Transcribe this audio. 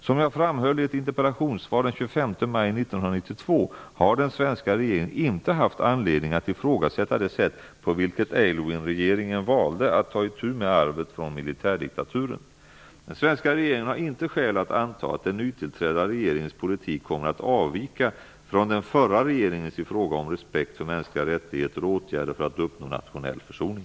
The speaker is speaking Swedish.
Som jag framhöll i ett interpellationssvar den 25 maj 1992 har den svenska regeringen inte haft anledning att ifrågasätta det sätt på vilket Aylwinregeringen valde att ta itu med arvet från militärdiktaturen. Den svenska regeringen har inte skäl att anta att den nytillträdda regeringens politik kommer att avvika från den förra regeringens i fråga om respekt för mänskliga rättigheter och åtgärder för att uppnå nationell försoning.